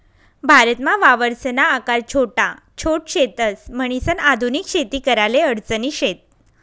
भारतमा वावरसना आकार छोटा छोट शेतस, म्हणीसन आधुनिक शेती कराले अडचणी शेत